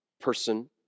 person